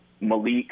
Malik